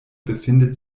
befindet